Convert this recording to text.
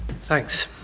Thanks